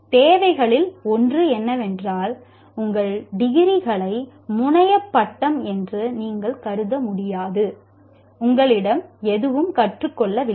எனவே தேவைகளில் ஒன்று என்னவென்றால் உங்கள் டிகிரிகளை முனையப் பட்டம் என்று நீங்கள் கருத முடியாது நீங்கள் எதுவும் கற்றுக்கொள்ளவில்லை